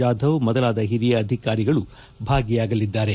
ಜಾದವ್ ಮೊದಲಾದ ಹಿರಿಯ ಅಧಿಕಾರಿಗಳು ಭಾಗಿಯಾಗಲಿದ್ದಾರೆ